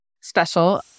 special